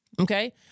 Okay